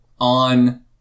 on